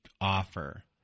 offer